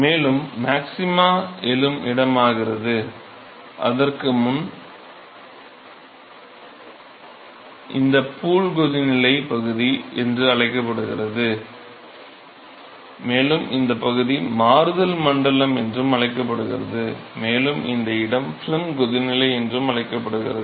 மேலும் மாக்சிமா எழும் இடமாகிறது அதற்கு முன் இந்த பகுதி பூல் கொதிநிலை பகுதி என்று அழைக்கப்படுகிறது மேலும் இந்த பகுதி மாறுதல் மண்டலம் என்று அழைக்கப்படுகிறது மேலும் இந்த இடம் ஃபிலிம் கொதிநிலை என்றும் அழைக்கப்படுகிறது